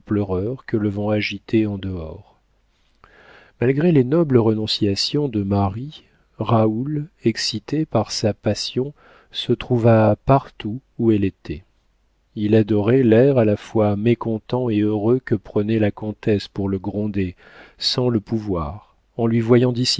que le vent agitait en dehors malgré les nobles renonciations de marie raoul excité par sa passion se trouva partout où elle était il adorait l'air à la fois mécontent et heureux que prenait la comtesse pour le gronder sans le pouvoir en lui voyant